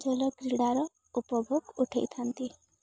ଜଳ କ୍ରୀଡ଼ାର ଉପଭୋଗ ଉଠେଇଥାନ୍ତି